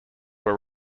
were